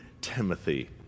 Timothy